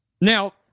Now